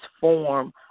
form